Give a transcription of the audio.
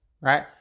right